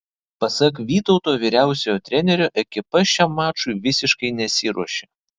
pasak vytauto vyriausiojo trenerio ekipa šiam mačui visiškai nesiruošė